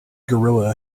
gorilla